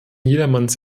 jedermanns